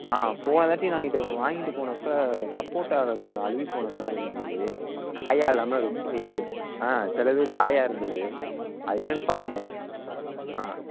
ஆ போனதாட்டி நாங்கள் இது வாங்கிட்டு போனப்போ சப்போட்டாவில் கொஞ்சம் அழுகிப் போன மாதிரி இருந்தது காயாக இல்லாமல் ரொம்ப இதாக ஆ சிலது காயாக இருந்தது அது என்னன்னுப் பாருங்கள் ஆ